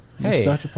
Hey